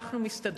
אנחנו מסתדרות.